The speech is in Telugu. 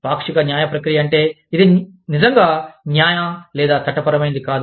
పాక్షిక న్యాయ ప్రక్రియ అంటే ఇది నిజంగా న్యాయ లేదా చట్టపరమైనది కాదు